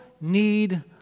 need